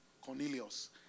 Cornelius